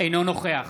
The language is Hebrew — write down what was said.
אינו נוכח